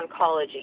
oncology